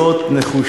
שתי הסיעות נחושות